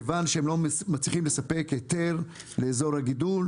כיוון שהם לא מצליחים לספק היתר לאזור הגידול,